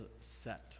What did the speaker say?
set